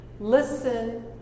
Listen